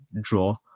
draw